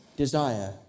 Desire